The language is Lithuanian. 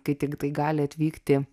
kai tiktai gali atvykti